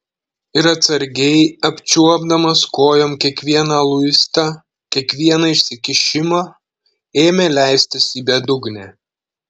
ir atsargiai apčiuopdamas kojom kiekvieną luistą kiekvieną išsikišimą ėmė leistis į bedugnę